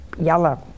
yellow